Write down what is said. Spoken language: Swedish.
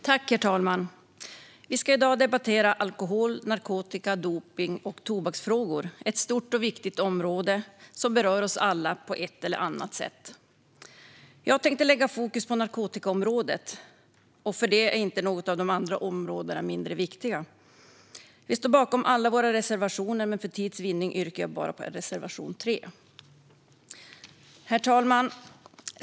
Herr talman! Vi ska i dag debattera alkohol-, narkotika-, dopnings och tobaksfrågor - ett stort och viktigt område som berör oss alla på ett eller annat sätt. Jag tänkte lägga fokus på narkotikaområdet, men för den sakens skull är inte något av de andra områdena mindre viktiga. Sverigedemokraterna står bakom alla sina reservationer, men för tids vinnande yrkar jag bifall bara till reservation 3. Herr talman!